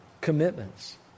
commitments